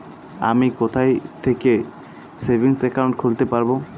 আমি কোথায় থেকে সেভিংস একাউন্ট খুলতে পারবো?